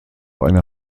eine